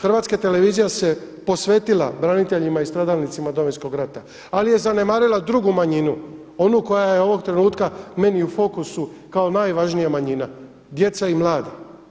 Hrvatska televizija se posvetila braniteljima i stradalnicima Domovinskog rada, ali je zanemarila drugu manjinu, ona koja je ovog trenutka meni u fokusu kao najvažnija manjina djeca i mladi.